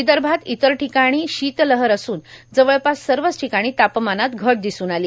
विदर्भात इतर ठिकाणी शीतलहर असून जवळपास सर्वच ठिकाणी तापमानात घट दिसून आली